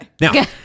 Now